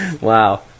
wow